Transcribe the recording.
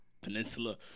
peninsula